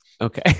Okay